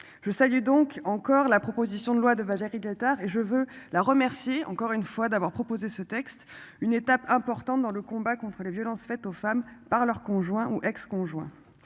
Je salue donc encore la proposition de loi de Valérie Létard et je veux la remercier encore une fois d'avoir proposé ce texte une étape importante dans le combat contre les violences faites aux femmes par leur conjoint ou ex-conjoint